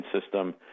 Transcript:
system